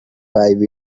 five